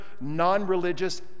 non-religious